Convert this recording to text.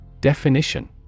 Definition